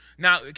Now